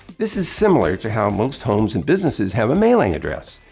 this is similar to how most homes and businesses have a mailing address.